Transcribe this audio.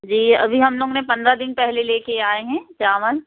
जी अभी हम लोग ने पंद्रह दिन पहले लेकर आएँ हैं चावल